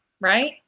right